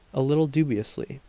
a little dubiously.